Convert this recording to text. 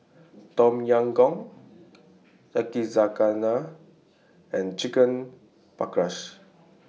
Tom Yam Goong Yakizakana and Chicken Paprikas